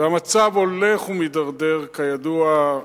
והמצב הולך ומידרדר, כידוע,